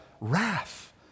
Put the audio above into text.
wrath